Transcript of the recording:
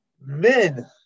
Men